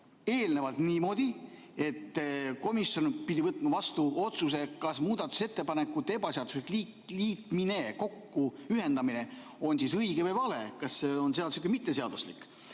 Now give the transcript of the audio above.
eelnevalt niimoodi, et komisjon pidi võtma vastu otsuse, kas muudatusettepanekute ebaseaduslik liitmine, ühendamine on õige või vale, kas see on seaduslik või mitteseaduslik,